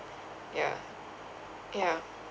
yeah yeah